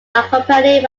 accompanied